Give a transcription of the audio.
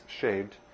shaved